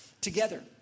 together